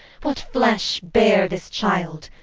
what flesh bare this child?